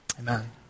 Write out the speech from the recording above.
Amen